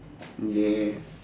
mm yeah